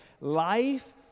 Life